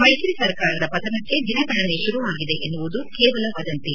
ಮೈತ್ರಿ ಸರ್ಕಾರದ ಪತನಕ್ಕೆ ದಿನಗಣನೆ ಶುರುವಾಗಿದೆ ಎನ್ನುವುದು ಕೇವಲ ವದಂತಿ